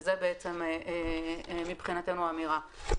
שזה בעצם מבחינתנו האמירה.